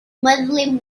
muslim